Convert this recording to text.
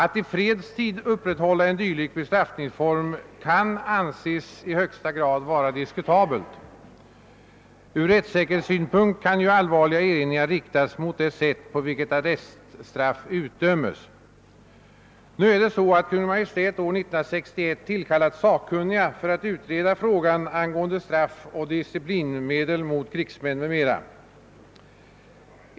Att i fredstid upprätthålla en dylik bestraffningsform kan anses vara i högsta grad diskutabelt. Ur rättssäkerhetssynpunkt kan allvarliga erinringar riktas mot det sätt på vilket arreststraff utdömes. År 1961 tillkallade Kungl. Maj:t sakkunniga för att utreda frågan angående straffoch disciplinmedel mot krigsmän m.m.